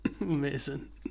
amazing